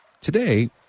Today